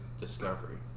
Discovery